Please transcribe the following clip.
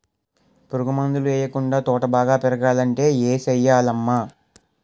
పురుగు మందులు యెయ్యకుండా తోట బాగా పెరగాలంటే ఏ సెయ్యాలమ్మా